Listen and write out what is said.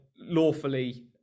lawfully